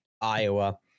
Iowa